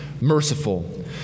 merciful